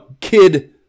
kid